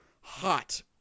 hot